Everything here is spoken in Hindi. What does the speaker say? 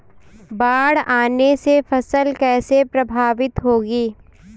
बाढ़ आने से फसल कैसे प्रभावित होगी?